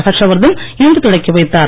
ஹர்ஷ்வர்தன் இன்று தொடக்கிவைத்தார்